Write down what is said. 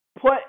Put